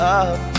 up